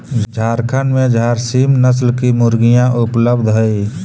झारखण्ड में झारसीम नस्ल की मुर्गियाँ उपलब्ध हई